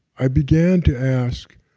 i began to ask,